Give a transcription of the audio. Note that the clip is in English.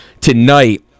tonight